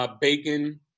Bacon